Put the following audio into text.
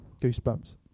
Goosebumps